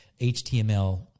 HTML